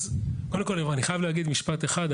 אני חייב להגיד משפט אחד.